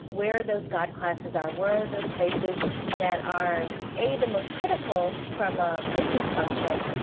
where are those god classes are? where are those places that are, a the most critical from a business function,